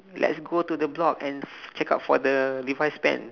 let's go to the block and f~ check out for the levi's pants